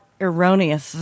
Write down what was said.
Erroneous